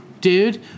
dude